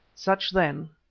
such, then,